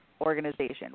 organization